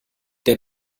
der